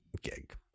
gig